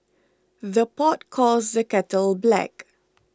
the pot calls the kettle black